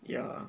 ya